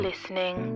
Listening